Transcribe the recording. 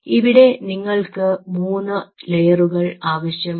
ഇവിടെ നിങ്ങൾക്ക് 3 ലെയറുകൾ ആവശ്യമാണ്